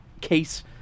case